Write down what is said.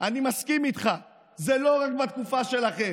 אני מסכים איתך, זה לא רק מהתקופה שלכם,